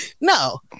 no